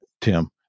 Tim